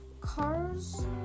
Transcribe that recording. cars